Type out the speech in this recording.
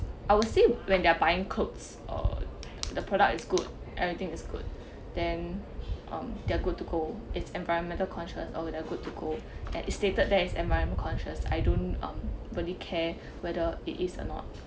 I would say when they're buying clothes or the product is good everything is good then um they're good to go it's environmental conscious or they're good to go and it's stated there it's environment conscious I don't um really care whether it is anot